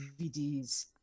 DVDs